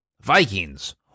Vikings